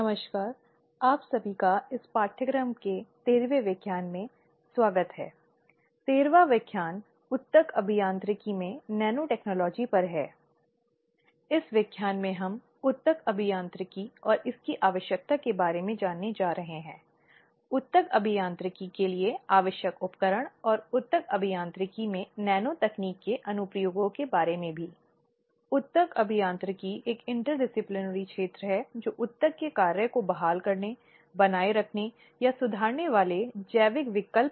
NPTEL NPTEL online प्रमाणीकरण पाठ्यक्रम course on लिंग भेद न्याय और कार्यस्थल सुरक्षाजेंडर जस्टिस एंड वर्कप्लेस सिक्योरिटी द्वारा प्रो दीपा दुबे राजीव गांधी बौद्धिक संपदा विधि विद्यालय IIT खड़गपुर व्याख्यान 13 कार्यस्थल में महिलाएं पूर्व से आगे सभी को नमस्कार